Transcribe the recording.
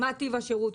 מה טיב השירות,